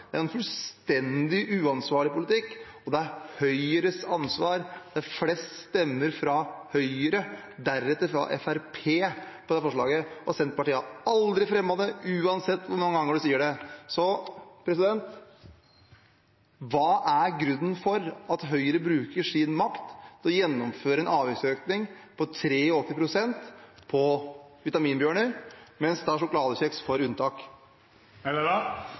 er en fullstendig uansvarlig politikk, og det er Høyres ansvar. Det er flest stemmer fra Høyre til dette forslaget, deretter fra Fremskrittspartiet, og Senterpartiet har aldri fremmet det, uansett hvor mange ganger Helleland sier det. Hva er grunnen til at Høyre bruker sin makt til å gjennomføre en avgiftsøkning på 83 pst. på Vitaminbjørner, mens sjokoladekjeks får unntak?